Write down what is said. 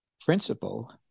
principle